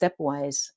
stepwise